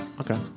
Okay